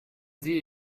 sie